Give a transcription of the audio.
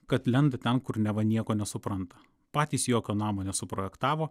kad lenda ten kur neva nieko nesupranta patys jokio namo nesuprojektavo